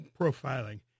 Profiling